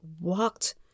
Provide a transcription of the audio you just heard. walked